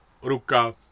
Ruka